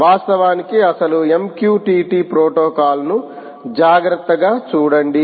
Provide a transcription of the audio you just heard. వాస్తవానికి అసలు MQTT ప్రోటోకాల్ను జాగ్రత్తగా చూడండి